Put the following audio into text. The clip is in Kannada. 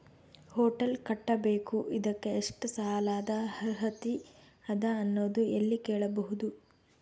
ಹೊಟೆಲ್ ಕಟ್ಟಬೇಕು ಇದಕ್ಕ ಎಷ್ಟ ಸಾಲಾದ ಅರ್ಹತಿ ಅದ ಅನ್ನೋದು ಎಲ್ಲಿ ಕೇಳಬಹುದು?